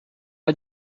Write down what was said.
pas